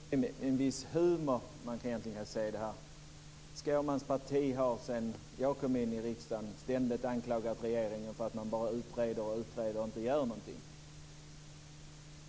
Herr talman! Det är egentligen med viss humor man kan se det här. Skårmans parti har sedan jag kom in i riksdagen ständigt anklagat regeringen för att man bara utreder och inte gör någonting.